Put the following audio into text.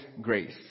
grace